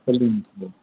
spelling mistake